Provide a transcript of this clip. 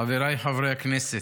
חבריי חברי הכנסת,